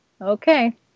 Okay